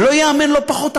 ולא פחות, לא תיאמן ההסתרה.